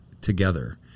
together